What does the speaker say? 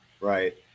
right